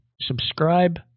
subscribe